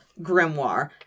Grimoire